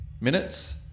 minutes